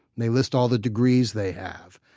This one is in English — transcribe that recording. they list all the degrees they have.